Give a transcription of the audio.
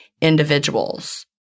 individuals